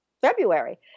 February